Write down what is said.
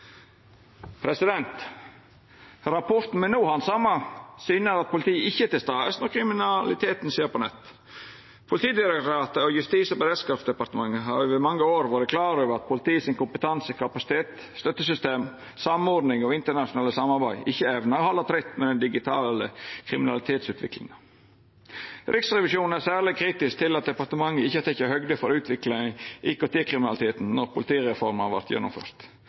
Rapporten me no handsamar, syner at politiet ikkje er til stades når kriminaliteten skjer på nett. Politidirektoratet og Justis- og beredskapsdepartementet har over mange år vore klar over at politiet sin kompetanse, kapasitet, støttesystem, samordning og internasjonale samarbeid ikkje evnar å halda tritt med den digitale kriminalitetsutviklinga. Riksrevisjonen er særleg kritisk til at departementet ikkje har teke høgd for utviklinga i IKT-kriminaliteten då politireforma vart